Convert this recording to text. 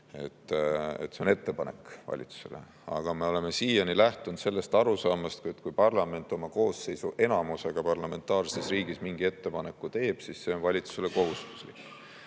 see on ettepanek valitsusele. Aga me oleme siiani lähtunud sellest arusaamast, et kui parlament oma koosseisu enamusega parlamentaarses riigis mingi ettepaneku teeb, siis see on valitsusele kohustuslik.